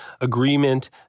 agreement